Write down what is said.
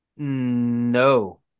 no